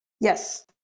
Yes